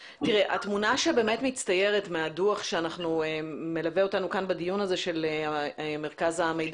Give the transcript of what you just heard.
התמונה שמצטיירת מהדוח שמלווה אותנו כאן בדיון הזה של מרכז המחקר